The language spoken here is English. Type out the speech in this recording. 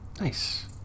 Nice